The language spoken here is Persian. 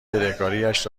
بدهکاریش